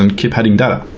um keep adding data.